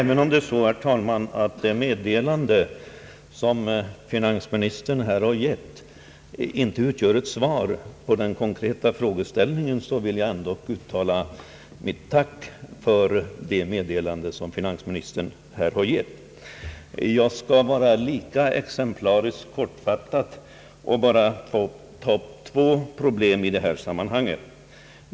Herr talman! Även om det meddelande som finansministern här har lämnat inte utgör ett svar på den konkreta frågeställningen, vill jag ändå uttala mitt tack för detta meddelande. Jag skall vara lika exemplariskt kortfattad och bara ta upp två problem i detta sammanhang.